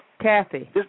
Kathy